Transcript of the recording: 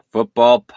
Football